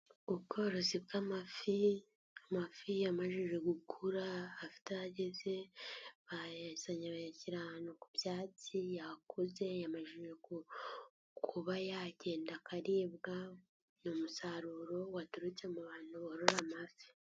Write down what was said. Ubworozi bw'amafi, amafi yamajijejwe gukura, afite aho ageze, bayazanye bayashyira ahantu ku byatsi, yakoze yamejije kuba yagenda akarebwa, uyu musaruro waturutse mu bantu borora amafi.